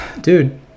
Dude